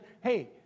hey